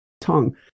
tongue